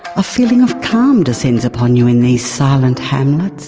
a feeling of calm descends upon you in these silent hamlets.